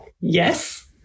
Yes